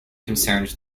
concerned